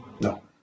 No